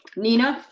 nina.